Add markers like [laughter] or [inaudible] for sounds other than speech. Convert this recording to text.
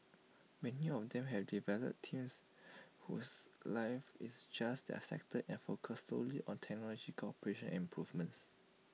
many of them have developed teams [noise] whose life is just their sector and focus solely on technological operations and improvements